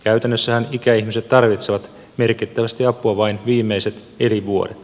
käytännössähän ikäihmiset tarvitsevat merkittävästi apua vain viimeiset elinvuodet